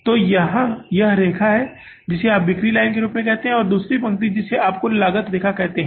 तो यह रेखा है जिसे आप बिक्री लाइन के रूप में कह सकते हैं और दूसरी पंक्ति जिसे आप यहां कुल लागत रेखा कहा जाता है